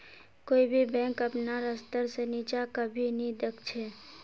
कोई भी बैंक अपनार स्तर से नीचा कभी नी दख छे